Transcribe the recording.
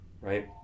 Right